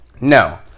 No